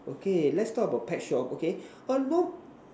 okay let's talk about pet shop okay one bom